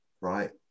right